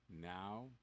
now